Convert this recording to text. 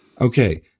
Okay